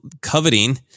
coveting